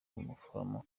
umuforomo